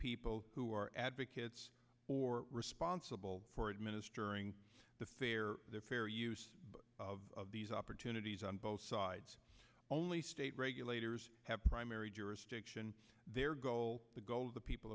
people who are advocates who are responsible for administering the fair the fair use of these opportunities on both sides only state regulators have primary jurisdiction their goal the goal of the people